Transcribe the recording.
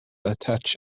attach